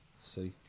See